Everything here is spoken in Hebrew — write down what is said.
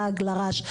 לעג לרש,